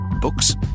Books